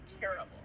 terrible